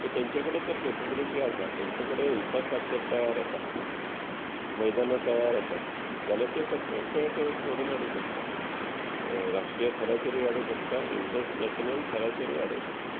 so तेंचे कडेन तर केपेबलिटी आसा तेंचे कडेन इन्फ्रास्ट्रक्चर तयार आसात मैदाना तयार आसात जाल्यार ते कसलोय खेळ घडोवन हाडूंक शकतात राष्ट्रीय थराचेरुय हाडूंक शकतात इंटरनॅशनल थराचेरुय हाडूंक शकतात